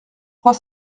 trois